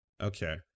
Okay